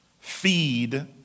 Feed